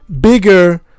bigger